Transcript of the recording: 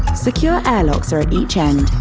secure air locks are at each end.